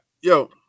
yo